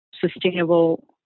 sustainable